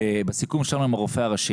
בסיכום שלנו עם הרופא הראשי,